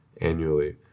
annually